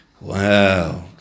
Wow